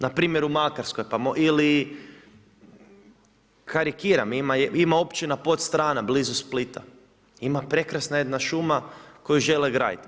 Npr. u Makarskoj ili karikiram, ima općina Podstrana, blizu Splita, ima prekrasna jedna šuma u kojoj žele graditi.